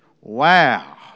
Wow